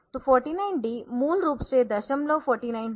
तो 49D मूल रूप से दशमलव 49 है